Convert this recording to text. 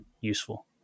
useful